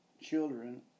children